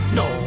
no